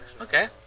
Okay